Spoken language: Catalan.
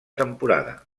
temporada